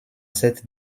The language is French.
cette